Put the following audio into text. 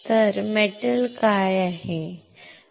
ते मेटल काय आहे